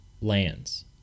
lands